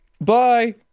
bye